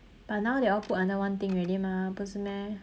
but now they all put under one thing already mah 不是 meh